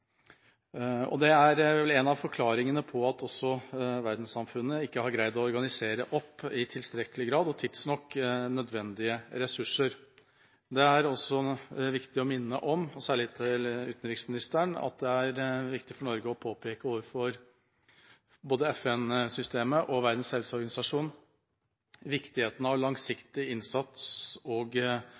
Det er vel en av forklaringene på at verdenssamfunnet ikke har greid å organisere – i tilstrekkelig grad og tidsnok – nødvendige ressurser. Det er også viktig å minne om, og særlig overfor utenriksministeren, at det er viktig for Norge å påpeke overfor både FN-systemet og Verdens helseorganisasjon viktigheten av langsiktig innsats og